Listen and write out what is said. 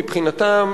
מבחינתם,